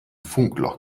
funkloch